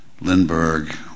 Lindbergh